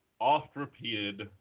oft-repeated